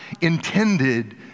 intended